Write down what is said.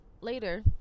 later